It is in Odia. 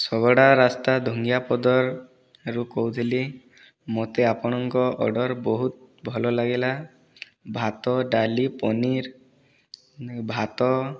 ଶଗଡ଼ା ରାସ୍ତା ଧଙ୍ଗିଆପଦରରୁ କହୁଥିଲି ମୋତେ ଆପଣଙ୍କ ଅର୍ଡ଼ର ବହୁତ ଭଲ ଲାଗିଲା ଭାତ ଡାଲି ପନିର ନାଇଁ ଭାତ